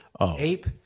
ape